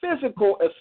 physical